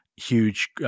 huge